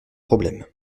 problème